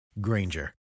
Granger